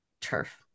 turf